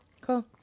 Cool